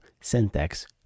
syntax